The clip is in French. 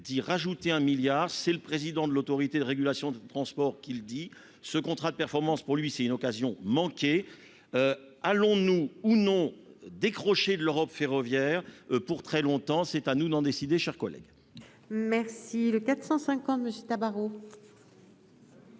d'ajouter 1 milliard d'euros. C'est le président de l'Autorité de régulation des transports (ART) qui le dit : ce contrat de performance, pour lui, est une occasion manquée. Allons-nous oui ou non décrocher de l'Europe ferroviaire pour très longtemps ? C'est à nous d'en décider, chers collègues ! L'amendement